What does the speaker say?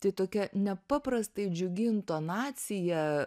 tai tokia nepaprastai džiugi intonacija